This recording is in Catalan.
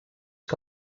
que